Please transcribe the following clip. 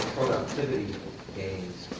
productivity gains